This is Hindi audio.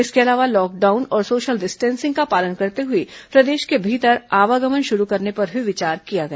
इसके अलावा लॉकडाउन और सोशल डिस्टेंसिंग का पालन करते हुए प्रदेश के भीतर आवागमन शुरू करने पर भी विचार किया गया